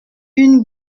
une